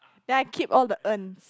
then I keep all the urns